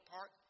Park